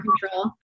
control